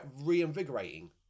reinvigorating